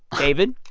david?